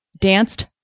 danced